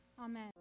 Amen